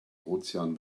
ozean